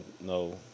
no